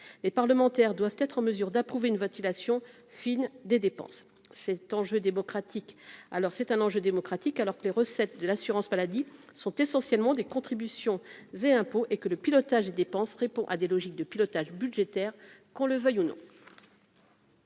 les parlementaires doivent être en mesure d'approuver une ventilation fine des dépenses cet enjeu démocratique, alors c'est un enjeu démocratique, alors que les recettes de l'assurance maladie, sont essentiellement des contributions et impôts, et que le pilotage des dépenses répond à des logiques de pilotage budgétaire qu'on le veuille ou non.